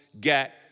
get